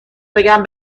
بگم